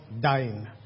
dying